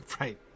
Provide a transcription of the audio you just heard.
Right